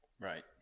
Right